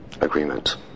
Agreement